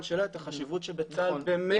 שאלה את החשיבות שבצה"ל באמת --- נכון,